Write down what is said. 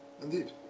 Indeed